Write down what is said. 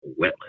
wetland